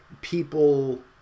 people